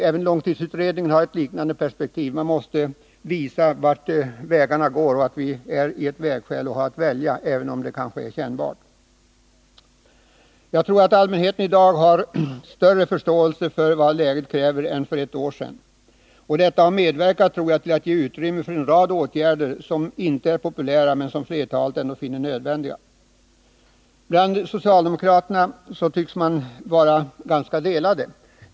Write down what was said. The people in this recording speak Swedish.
Även långtidsutredningen har ett liknande perspektiv: man visar två olika vägar och att vi står vid ett vägskäl och har att välja. Det är bara den svårare vägen som leder till framgång. Jag tror att allmänheten i dag har större förståelse för vad läget kräver än man hade för ett år sedan. Detta har medverkat till att ge utrymme för en rad åtgärder som inte är populära men som flertalet ändå finner nödvändiga. Socialdemokraternas meningar tycks dock vara delade.